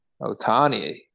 Otani